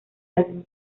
álbum